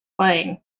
playing